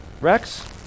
Rex